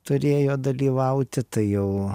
turėjo dalyvauti tai jau